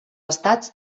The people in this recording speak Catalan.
estats